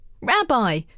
Rabbi